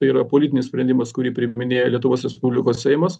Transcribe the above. tai yra politinis sprendimas kurį priiminėja lietuvos respublikos seimas